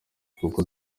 kuko